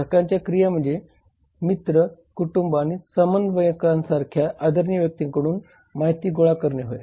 ग्राहकांच्या क्रिया म्हणजे मित्र कुटुंब आणि समवयस्कांसारख्या आदरणीय व्यक्तींकडून माहिती गोळा करणे होय